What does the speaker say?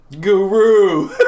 Guru